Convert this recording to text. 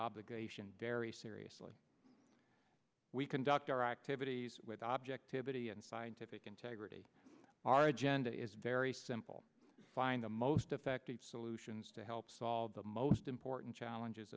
obligation very seriously we conduct our activities with objectivity and scientific integrity our agenda is very simple find the most effective solutions to help solve the most important challenges